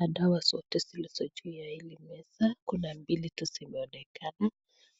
Madawa zote zilizo juu ya hili meza, kuna mbili tu zinaonekana.